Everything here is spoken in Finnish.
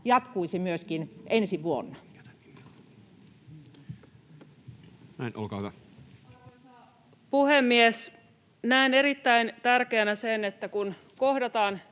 jatkuisi myöskin ensi vuonna? Näin. — Olkaa hyvä. Arvoisa puhemies! Näen erittäin tärkeänä sen, että kun kohdataan